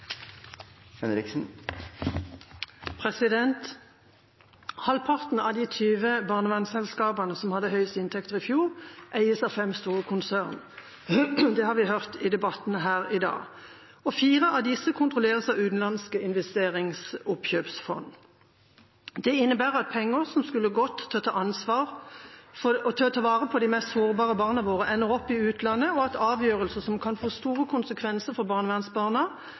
replikkordskifte. Halvparten av de 20 barnevernsselskapene som hadde høyest inntekter i fjor, eies av fem store konsern. Det har vi hørt i debatten her i dag. Fire av disse kontrolleres av utenlandske investeringsoppkjøpsfond. Det innebærer at penger som skulle gått til å ta vare på de mest sårbare barna våre, ender opp i utlandet, og at avgjørelser som kan få store konsekvenser for barnevernsbarna,